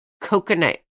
coconut